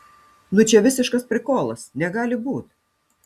nu čia visiškas prikolas negali būt